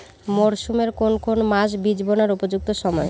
মরসুমের কোন কোন মাস বীজ বোনার উপযুক্ত সময়?